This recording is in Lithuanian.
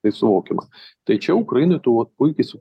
tai suvokiama tai čia ukrainoj tu vat puikiai su